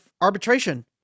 arbitration